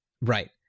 Right